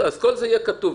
כל זה יהיה כתוב.